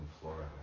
Florida